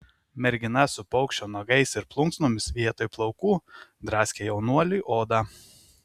mergina su paukščio nagais ir plunksnomis vietoj plaukų draskė jaunuoliui odą